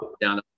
down